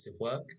work